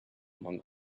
among